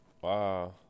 Wow